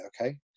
okay